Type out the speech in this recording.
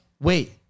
wait